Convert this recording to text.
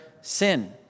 sin